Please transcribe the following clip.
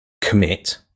commit